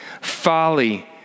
folly